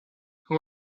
who